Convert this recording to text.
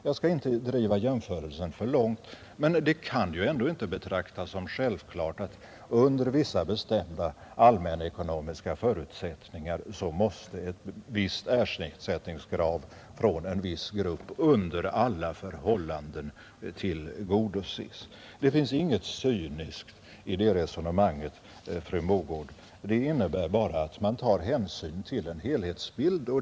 Jag skall inte driva jämförelsen för långt. Men det kan ju ändå inte betraktas som självklart att under vissa bestämda allmänekonomiska förutsättningar måste ett visst ersättningskrav från en viss grupp under alla förhållanden tillgodoses. Det finns inget cyniskt i det resonemanget, fru Mogård. Det innebär bara att man tar hänsyn till en helhetsbild.